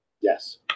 Yes